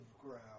ground